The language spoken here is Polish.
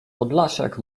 podlasiak